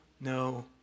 no